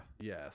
Yes